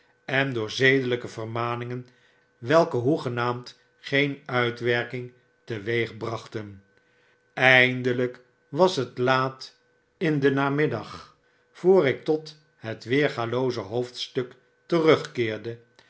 en door zedelgke vermaningen welke hoegenaamd gen uitwerking teweegbrachten eindelgk was het laat in clen namiddag voor ik tot het weergalooze hoofdstuk terugkeerde